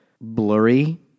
blurry